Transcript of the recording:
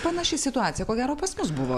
panaši situacija ko gero pas mus buvo